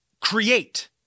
create